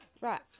Right